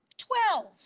twelve.